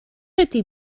ydy